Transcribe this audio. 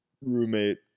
roommate